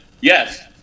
Yes